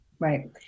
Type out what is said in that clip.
right